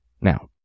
Now